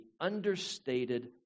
understated